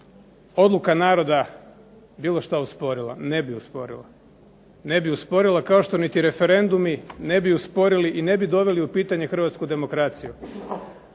odluka naroda bilo šta usporila, ne bi usporila. Ne bi usporila kao što niti referendumi ne bi usporili i ne bi doveli u pitanje hrvatsku demokraciju.